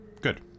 Good